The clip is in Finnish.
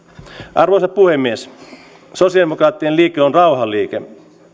arvoisa puhemies sosialidemokraattinen liike on rauhanliike